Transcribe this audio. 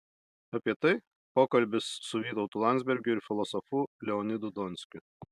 apie tai pokalbis su vytautu landsbergiu ir filosofu leonidu donskiu